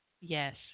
yes